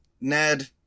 Ned